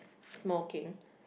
smoking